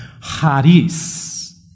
Haris